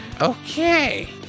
Okay